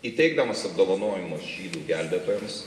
įteikdamas apdovanojimus žydų gelbėtojams